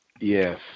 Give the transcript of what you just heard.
Yes